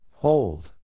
Hold